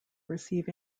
receive